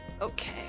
Okay